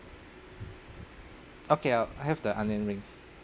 okay I'll I'll have the onion rings